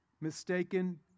mistaken